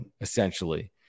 essentially